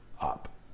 up